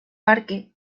parque